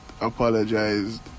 apologized